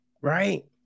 Right